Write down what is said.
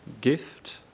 gift